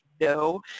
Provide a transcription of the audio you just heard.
no